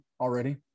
already